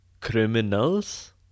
Criminals